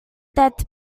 that